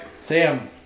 Sam